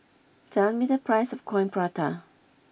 tell me the price of Coin Prata